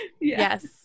Yes